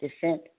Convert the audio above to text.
descent